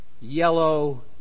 yellow